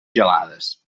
gelades